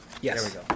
Yes